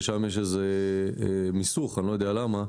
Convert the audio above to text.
שם יש מיסוך אלקטרוני ואני לא יודע למה